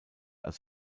als